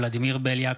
ולדימיר בליאק,